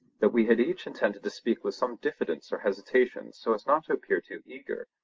that we had each intended to speak with some diffidence or hesitation so as not to appear too eager,